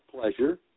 pleasure